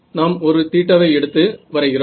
நாம் ஒரு θ ஐ எடுத்து வரைகிறோம்